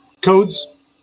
Codes